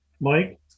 Mike